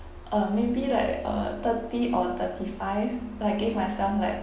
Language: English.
uh maybe like uh thirty or thirty five I gave myself like